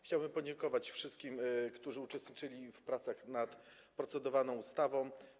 Chciałbym podziękować wszystkim, którzy uczestniczyli w pracach nad procedowaną ustawą.